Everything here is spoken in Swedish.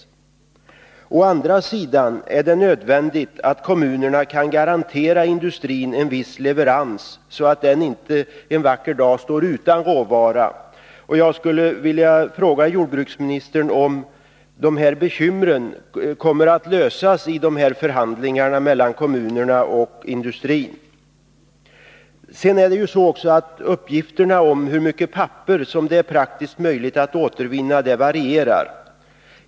För det tredje är det å andra sidan nödvändigt att kommunerna kan garantera industrin en viss leverans, så att den inte en vacker dag står utan råvara. Uppgifterna om hur mycket papper det är praktiskt möjligt att återvinna varierar.